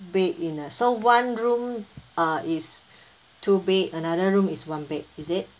bed in a so one room ah is two bed another room is one bed is it